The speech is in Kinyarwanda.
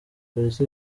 polisi